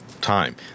time